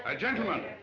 ah gentlemen!